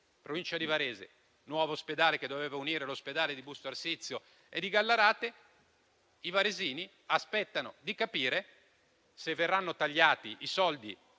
Provincia di Varese, al nuovo ospedale che doveva unire gli ospedali di Busto Arsizio e di Gallarate: i varesini aspettano di capire se verranno tagliati i soldi